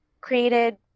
created